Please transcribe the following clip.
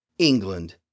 England